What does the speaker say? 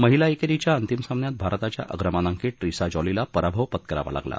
महिला एकेरीच्या अंतिम सामन्यात भारताच्या अग्रमानांकित ट्रीसा जॉलीला पराभव पत्कारावा लागला